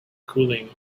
cooling